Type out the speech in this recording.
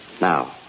Now